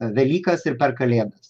velykas ir per kalėdas